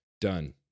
done